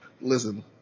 Listen